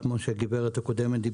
כפי שאמרה הגברת הקודמת,